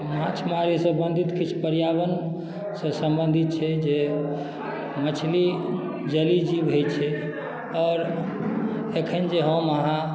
माछ मारै सम्बन्धित किछु पर्यावरणसँ सम्बन्धित छै जे मछली जलीय जीव होइत छै आओर एखन जे हम अहाँ